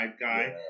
guy